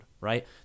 right